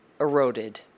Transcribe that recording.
eroded